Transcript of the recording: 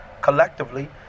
collectively